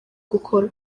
gukora